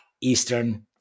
Eastern